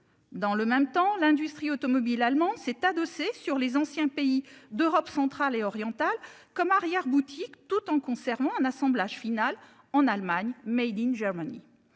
Dans le même temps, l'industrie automobile allemande s'est adossée sur les anciens pays d'Europe centrale et orientale comme arrière-boutique tout en conservant un assemblage final en Allemagne Made in Germany.